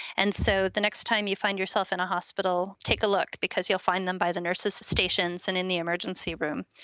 and so, the next time you find yourself in a hospital, take a look because you'll find them by the nurse's stations and in the emergency room.